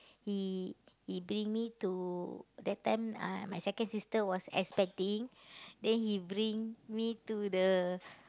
he he bring me to that time uh my second sister was expecting then he bring me to the